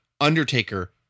Undertaker